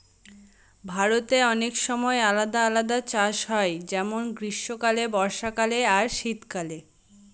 ভারতে অনেক সময় আলাদা আলাদা চাষ হয় যেমন গ্রীস্মকালে, বর্ষাকালে আর শীত কালে